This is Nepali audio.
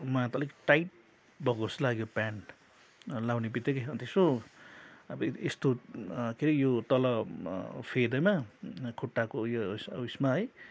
मलाई त अलिक टाइट भएको जस्तै लाग्यो प्यान्ट लगाउने बित्तिकै अन्त यसो अब यस्तो के अरे यो तल फेदैमा खुट्टाको यो उसमा है